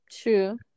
true